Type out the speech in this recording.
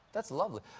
that's lovely.